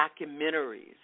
documentaries